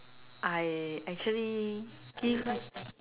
I actually give